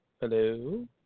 hello